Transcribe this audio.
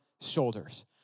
shoulders